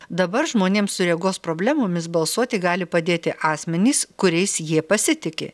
dabar žmonėms su regos problemomis balsuoti gali padėti asmenys kuriais jie pasitiki